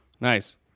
Nice